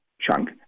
chunk